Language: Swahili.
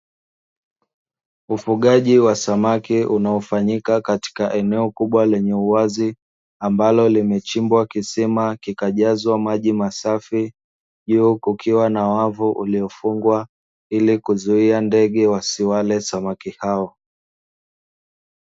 Ufugaji wa samaki unaofanyika katika eneo kubwa lenye uwazi, ambalo limechimbwa kisima kikajazwa maji masafi. Juu kukiwa na wavu uliofungwa ili kuzuia ndege wasiwale samaki hao.